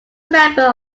member